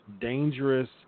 dangerous